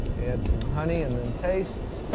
add some honey and then taste.